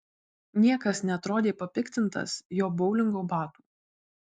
niekas neatrodė papiktintas jo boulingo batų